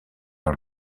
dans